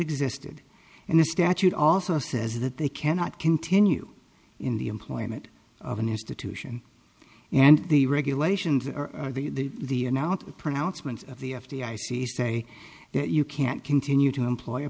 existed and the statute also says that they cannot continue in the employment of an institution and the regulations of the the amount of pronouncements of the f d i c say that you can't continue to employ